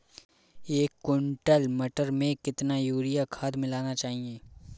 एक कुंटल मटर में कितना यूरिया खाद मिलाना चाहिए?